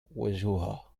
وجهها